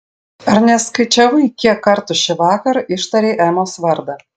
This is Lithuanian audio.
ar neskaičiavai kiek kartų šįvakar ištarei emos vardą